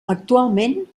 actualment